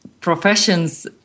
professions